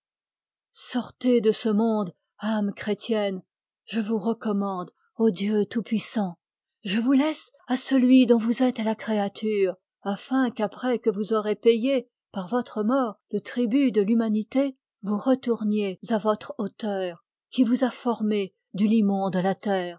sortez de ce monde âme chrétienne je vous recommande au dieu tout-puissant je vous laisse à celui dont vous êtes le créature afin qu'après que vous aurez payé par votre mort le tribut de l'humanité vous retourniez à votre auteur qui vous a formé du limon de la terre